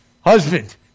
husband